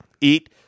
Eat